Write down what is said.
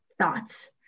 thoughts